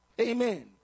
Amen